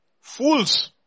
fools